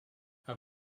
are